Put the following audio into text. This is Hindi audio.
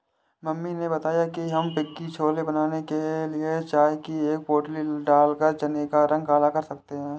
मम्मी ने बताया कि हम पिण्डी छोले बनाने के लिए चाय की एक पोटली डालकर चने का रंग काला कर सकते हैं